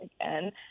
again